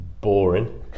boring